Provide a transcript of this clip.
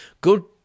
go